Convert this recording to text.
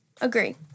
Agree